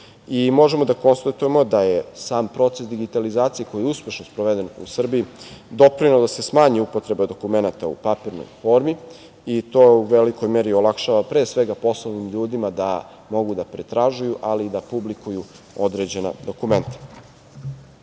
da konstatujemo da je sam proces digitalizacije koji je uspešno sproveden u Srbiji doprineo da se smanji upotreba dokumenata u papirnoj formi i to u velikoj meri olakšava pre svega poslovnim ljudima da mogu da pretražuju, ali i da publikuju određena dokumenta. Još